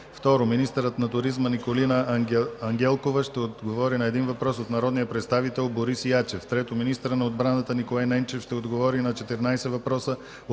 2. Министърът на туризма Николина Ангелкова ще отговори на един въпрос от народния представител Борис Ячев. 3. Министърът на отбраната Николай Ненчев ще отговори на 14 въпроса